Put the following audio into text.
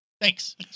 Thanks